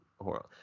horrible